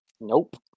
Nope